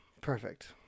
Perfect